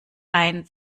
ein